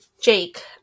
Jake